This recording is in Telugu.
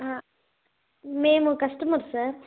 మేము కస్టమర్ సార్